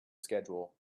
schedule